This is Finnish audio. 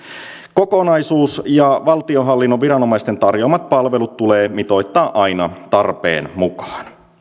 kokonaisuus ja valtionhallinnon viranomaisten tarjoamat palvelut tulee mitoittaa aina tarpeen mukaan